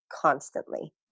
constantly